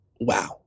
wow